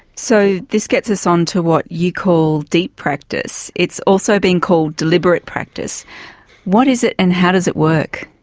so this gets us on to what you call deep practice, it's also been called deliberate practice what is it and how does it work?